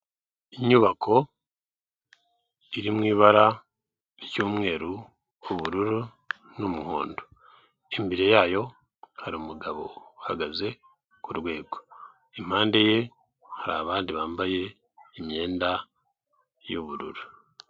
Inyubako iri mu bara ry'umweru, ubururu, n'umuhondo. Imbere yayo hari umugabo uhagaze ku rwego. Impande ye hari abandi bambaye imyenda y'ubururu.